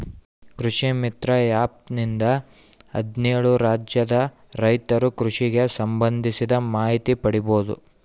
ಕೃಷಿ ಮಿತ್ರ ಆ್ಯಪ್ ನಿಂದ ಹದ್ನೇಳು ರಾಜ್ಯದ ರೈತರು ಕೃಷಿಗೆ ಸಂಭಂದಿಸಿದ ಮಾಹಿತಿ ಪಡೀಬೋದು